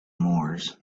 moors